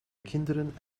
kinderen